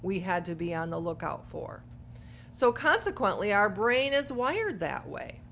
we had to be on the lookout for so consequently our brain is wired that way